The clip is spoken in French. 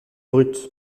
brute